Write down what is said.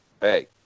hey